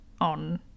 on